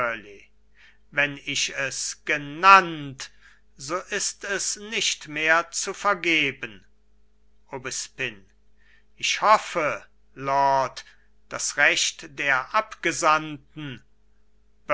wenn ich es genannt so ist es nicht mehr zu vergeben aubespine ich hoffe lord das recht der abgesandten